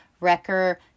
Wrecker